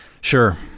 Sure